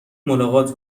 ملاقات